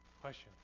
Question